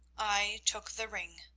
i took the ring,